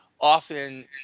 often